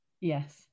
Yes